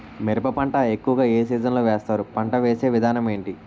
మిరప పంట ఎక్కువుగా ఏ సీజన్ లో వేస్తారు? పంట వేసే విధానం ఎంటి?